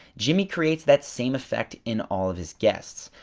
jimmy creates that same effect in all of his guests.